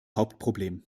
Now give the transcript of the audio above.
hauptproblem